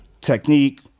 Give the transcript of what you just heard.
Technique